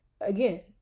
again